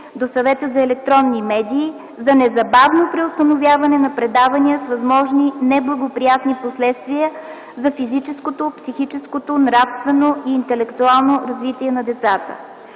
до Съвета за електронни медии за незабавно преустановяване на предавания с възможни неблагоприятни последствия за физическото, психическото, нравствено и интелектуално развитие на децата.